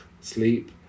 sleep